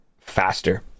faster